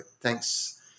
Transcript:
thanks